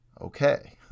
Okay